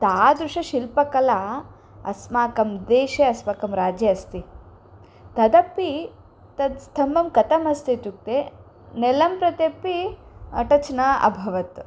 तादृश शिल्पकला अस्माकं देशे अस्माकं राज्ये अस्ति तदपि तत् स्तम्भः कतमस्ति इत्युक्ते नेलं प्रत्यपि टच् न अभवत्